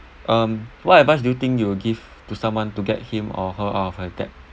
um what advice do you think you will give to someone to get him or her out of a debt